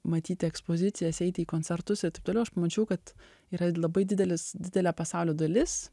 matyti ekspozicijas eiti į koncertus ir taip toliau aš pamačiau kad yra labai didelis didelė pasaulio dalis